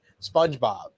SpongeBob